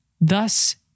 thus